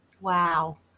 Wow